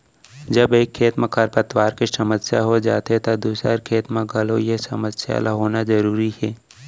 जब एक खेत म खरपतवार के समस्या हो जाथे त दूसर खेत म घलौ ए समस्या ल होना जरूरी हे